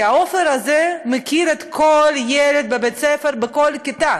כי עופר הזה מכיר כל ילד בבית-ספר בכל כיתה,